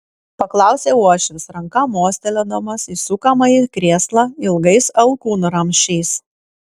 paklausė uošvis ranka mostelėdamas į sukamąjį krėslą ilgais alkūnramsčiais